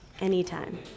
Anytime